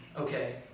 Okay